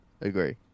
Agree